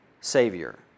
Savior